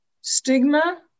stigma